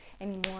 anymore